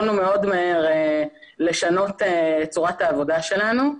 יכולנו מאוד מהר לשנות את צורת העבודה שלנו.